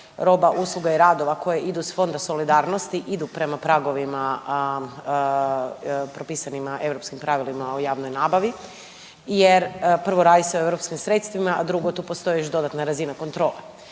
roba, usluga i radova koje idu iz Fonda solidarnosti idu prema pragovima propisanima europskim pravilima o javnoj nabavi. Jer prvo radi se o europskim sredstvima, a drugo tu postoji još dodatna razina kontrole.